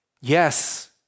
Yes